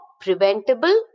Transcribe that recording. preventable